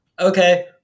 okay